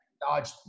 dodge